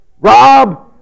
Rob